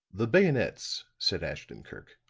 the bayonets, said ashton-kirk,